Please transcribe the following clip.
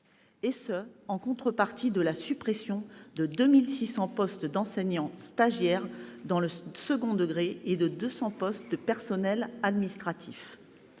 2018, en contrepartie de la suppression de 2 600 postes d'enseignants stagiaires dans le second degré et de 200 postes de personnels administratifs.